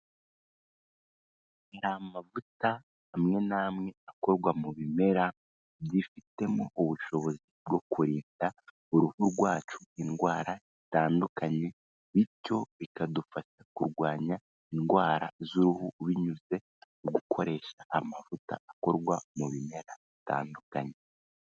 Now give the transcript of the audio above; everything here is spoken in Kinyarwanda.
Ni amavuta amwe n'amwe akorwa mu bimera byifitemo ubushobozi bwo kurinda uruhu rwacu indwara zitandukanye bityo bikadufasha kurwanya indwara z'uruhu binyuze mu gukoresha amavuta akorwa mu bimera bitandukanye.